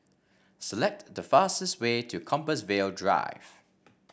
select the fastest way to Compassvale Drive